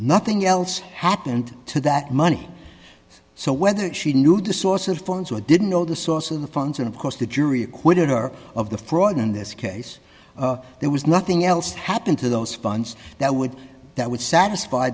nothing else happened to that money so whether she knew the source of funds or didn't know the source of the funds and of course the jury acquitted her of the fraud in this case there was nothing else happen to those funds that would that would satisfy